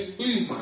please